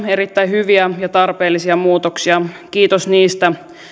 erittäin hyviä ja tarpeellisia muutoksia kiitos niistä